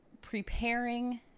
preparing